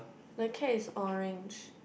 the cat is orange